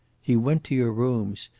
he went to your rooms.